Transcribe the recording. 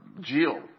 Jill